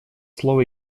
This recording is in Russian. слово